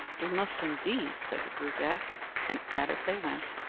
we must indeed, said the gruagach and at it they went,